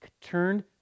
turned